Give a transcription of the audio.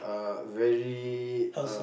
are very um